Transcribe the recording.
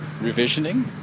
revisioning